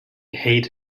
hate